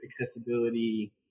accessibility